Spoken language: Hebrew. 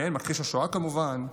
כן, מכחיש השואה, כמובן.